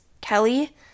kelly